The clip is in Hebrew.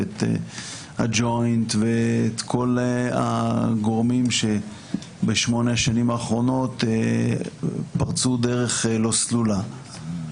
את הג'וינט ואת כל הגורמים שבשמונה השנים האחרונות פרצו דרך לא סלולה.